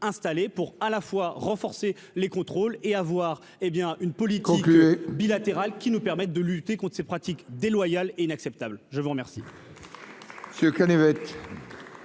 pour à la fois renforcer les contrôles et à voir, hé bien une politique bilatéral qui nous permettent de lutter contres ces pratiques déloyales et inacceptable, je vous remercie.